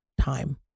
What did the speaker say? time